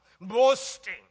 Boasting